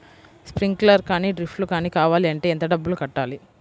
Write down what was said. Sprinkler కానీ డ్రిప్లు కాని కావాలి అంటే ఎంత డబ్బులు కట్టాలి?